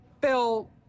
Bill